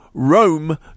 Rome